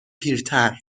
پیرتر